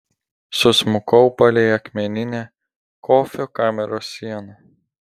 susmukau palei akmeninę kofio kameros sieną